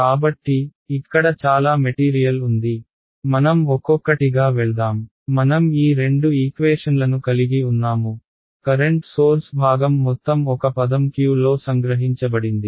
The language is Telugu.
కాబట్టి ఇక్కడ చాలా మెటీరియల్ ఉంది మనం ఒక్కొక్కటిగా వెళ్దాం మనం ఈ రెండు ఈక్వేషన్లను కలిగి ఉన్నాము కరెంట్ సోర్స్ భాగం మొత్తం ఒక పదం Q లో సంగ్రహించబడింది